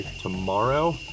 tomorrow